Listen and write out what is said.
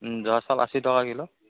জহা চাউল আশী টকা কিলো